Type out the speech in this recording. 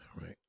right